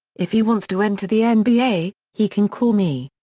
if he wants to enter the and nba, he can call me.